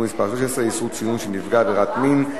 מס' 113) (איסור צילום של נפגע עבירות מין),